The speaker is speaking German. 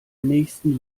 nächsten